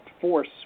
force